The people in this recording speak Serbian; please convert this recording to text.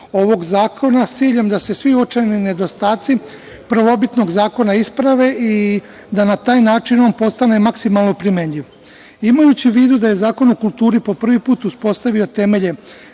ovog zakona, s ciljem da se svi uočeni nedostaci prvobitnog zakona isprave i da na taj način on postane maksimalno primenljiv. Imajući u vidu da je Zakon o kulturi po prvi put uspostavio temelje